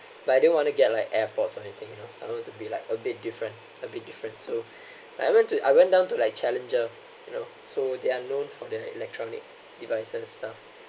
but I didn't want to get like airpods or anything you know I want to be like a bit different a bit different so I went to I went down to like challenger you know so they are known for their electronic devices stuff